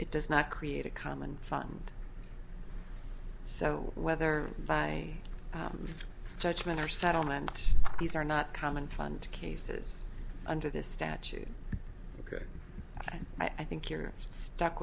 it does not create a common fund so whether by judgment or settlement these are not common fund cases under this statute ok i think you're stuck